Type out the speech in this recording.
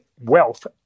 wealth